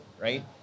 right